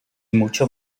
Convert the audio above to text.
mucho